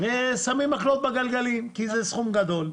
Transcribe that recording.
ושמים מקלות בגלגלים, כי זה סכום גדול.